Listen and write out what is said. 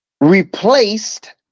replaced